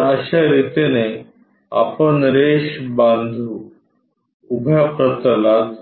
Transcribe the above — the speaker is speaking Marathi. तर अश्या रितीने आपण रेष बांधू उभ्या प्रतलात